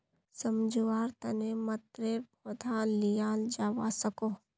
सम्झुआर तने मतरेर पौधा लियाल जावा सकोह